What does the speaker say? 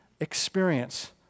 experience